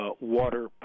Water